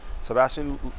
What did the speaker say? Sebastian